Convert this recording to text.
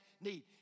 need